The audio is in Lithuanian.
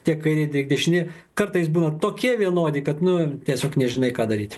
tiek kairė tiek dešinė kartais būna tokie vienodi kad nu tiesiog nežinai ką daryt